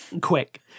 quick